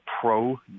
pro